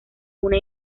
una